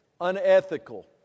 unethical